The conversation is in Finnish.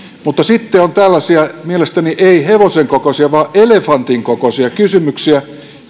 mutta sitten on tällaisia mielestäni ei hevosen kokoisia vaan elefantin kokoisia kysymyksiä